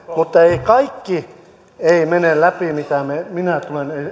mutta ei kaikki mene läpi mitä minä tulen esittämään ei varmasti se on näin